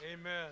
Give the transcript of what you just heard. Amen